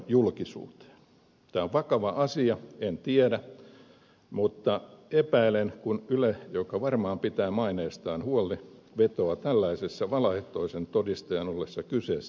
tämä on vakava asia en tiedä mutta epäilen kun yle joka varmaan pitää maineestaan huolen vetoaa tällaisessa asiassa valaehtoisen todistajan ollessa kyseessä lähdesuojaan